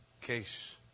Case